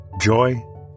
joy